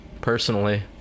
personally